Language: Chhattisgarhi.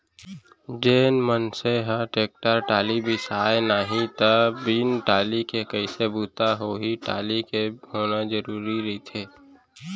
जेन मनसे ह टेक्टर टाली बिसाय नहि त बिन टाली के कइसे बूता होही टाली के होना जरुरी रहिथे